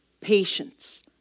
patience